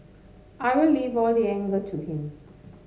I will leave all the anger to him